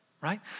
right